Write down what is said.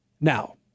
Now